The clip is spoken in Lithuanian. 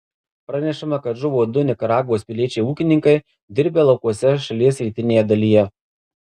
pranešama kad žuvo du nikaragvos piliečiai ūkininkai dirbę laukuose šalies rytinėje dalyje